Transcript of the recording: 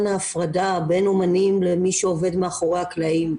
ההפרדה בין אומנים למי שעובד מאחורי הקלעים.